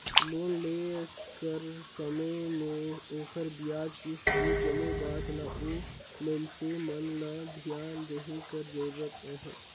loan लेय कर समे में ओखर बियाज, किस्त ए जम्मो बात ल ओ मइनसे मन ल धियान देहे कर जरूरत अहे